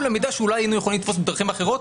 למידע שאולי היינו יכולים לתפוס בדרכים אחרות,